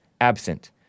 absent